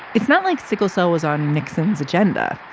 it's not like sickle cell was on nixon's agenda.